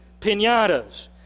pinatas